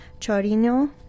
Chorino